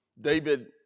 David